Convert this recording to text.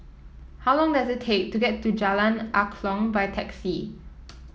how long does it take to get to Jalan Angklong by taxi